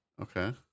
Okay